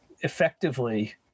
effectively